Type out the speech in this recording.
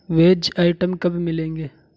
veg item کب ملیں گے